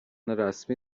رسمی